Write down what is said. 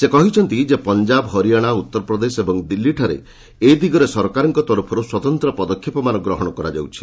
ସେ କହିଛନ୍ତି ଯେ ପଞ୍ଜାବ ହରିୟାଣା ଉତ୍ତରପ୍ରଦେଶ ଏବଂ ଦିଲ୍ଲୀଠାରେ ଏ ଦିଗରେ ସରକାରଙ୍କ ତରଫର୍ ସ୍ନତନ୍ତ୍ର ପଦକ୍ଷେପମାନ ଗ୍ରହଣ କରାଯାଉଛି